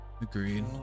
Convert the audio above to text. agreed